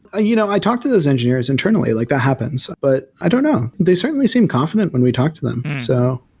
you know i talked to those engineers internally, like that happens, but i don't know. they certainly seem confident when we talk to them. so